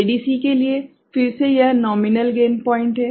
ADC के लिए फिर से यह नोमीनल गेन पॉइंट है